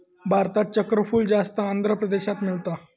भारतात चक्रफूल जास्त आंध्र प्रदेशात मिळता